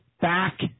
back